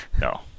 No